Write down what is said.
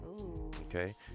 Okay